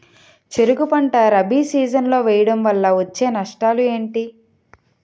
చెరుకు పంట రబీ సీజన్ లో వేయటం వల్ల వచ్చే నష్టాలు ఏంటి?